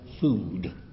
food